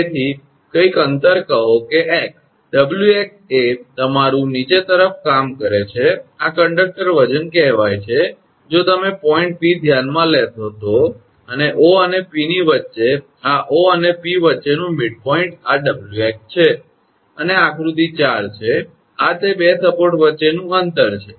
તેથી કંઈક અંતર કહો 𝑥 𝑊𝑥 એ તમારું નીચે તરફ કામ કરે છે આ કંડક્ટર વજન કહેવાય છે જો તમે પોઇન્ટ 𝑃 ધ્યાનમાં લેશો તો અને 𝑂 અને 𝑃 ની વચ્ચે આ 𝑂 અને 𝑃 વચ્ચેનું મિડપોઇન્ટ આ 𝑊𝑥 છે અને આ આકૃતિ 4 છે અને આ તે 2 સપોર્ટ વચ્ચેનું અંતરdistance છે